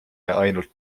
ainult